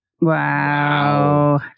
Wow